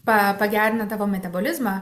pa pagerina tavo metabolizmą